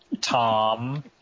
Tom